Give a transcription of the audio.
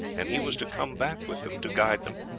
and he was to come back with them to guide them,